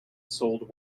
sold